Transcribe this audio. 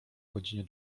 godzinie